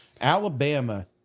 Alabama